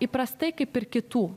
įprastai kaip ir kitų